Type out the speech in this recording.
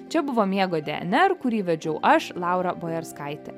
čia buvo miego dnr kurį vedžiau aš laura bojerskaitė